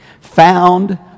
found